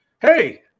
hey